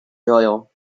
doyle